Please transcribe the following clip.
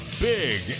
Big